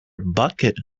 bucket